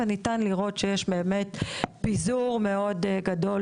וניתן לראות שיש באמת פיזור מאוד גדול